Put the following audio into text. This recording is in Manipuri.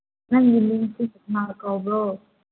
ꯅꯪꯒꯤ ꯃꯤꯡꯁꯤ ꯀꯅꯥ ꯀꯧꯕ꯭ꯔꯣ